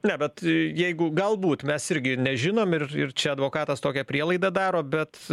ne bet jeigu galbūt mes irgi nežinom ir ir čia advokatas tokią prielaidą daro bet